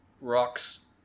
rocks